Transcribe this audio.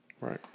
Right